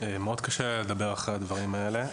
מאוד קשה לדבר אחרי הדברים האלה.